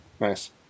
Nice